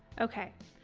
okay,